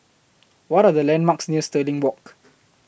What Are The landmarks near Stirling Walk